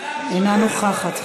אינה נוכחת.